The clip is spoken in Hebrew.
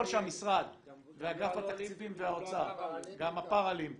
גם האולימפיים וגם הפאראלימפי.